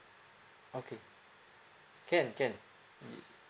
okay can can